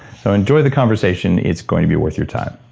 so enjoy the conversation. it's gonna be worth your time